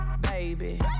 baby